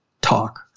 talk